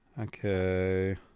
Okay